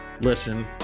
listen